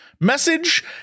message